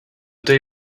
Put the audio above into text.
day